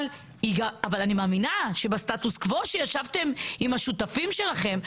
אבל אני מאמינה שבסטטוס קוו שישבתם עם השותפים שלכם,